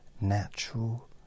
natural